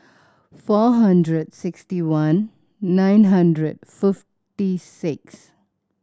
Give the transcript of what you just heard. four hundred sixty one nine hundred fifty six